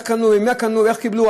ואיך קנו, ממי קנו ואיך קיבלו.